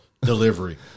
delivery